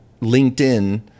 LinkedIn